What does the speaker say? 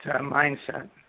mindset